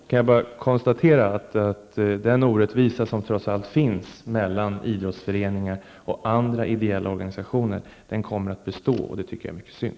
Herr talman! Jag konstaterar bara att den orättvisa som trots allt finns mellan idrottsföreningar och andra ideella organisationer kommer att bestå, och det är mycket synd.